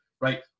Right